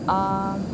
um